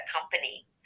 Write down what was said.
company